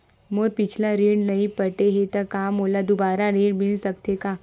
मोर पिछला ऋण नइ पटे हे त का मोला दुबारा ऋण मिल सकथे का?